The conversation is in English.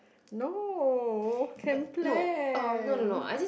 no can plan